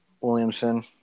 Williamson